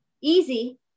Easy